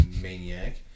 Maniac